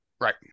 right